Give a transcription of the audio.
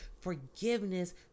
Forgiveness